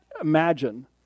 imagine